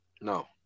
No